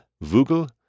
Vogel